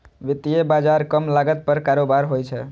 वित्तीय बाजार कम लागत पर कारोबार होइ छै